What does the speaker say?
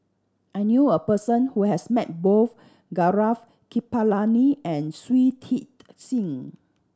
I knew a person who has met both Gaurav Kripalani and Shui Tit Sing